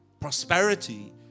Prosperity